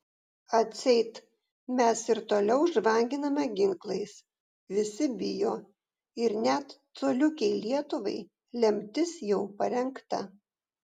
atseit mes ir toliau žvanginame ginklais visi bijo ir net coliukei lietuvai lemtis jau parengta